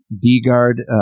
D-guard